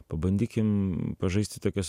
pabandykim pažaisti tokias